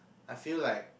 I feel like